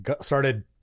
started